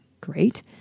Great